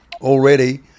already